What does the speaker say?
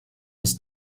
ist